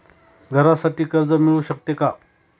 घरासाठी कर्ज मिळू शकते का?